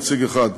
נציג אחד,